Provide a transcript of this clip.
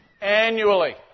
annually